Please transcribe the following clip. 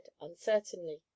uncertainly